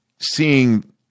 Seeing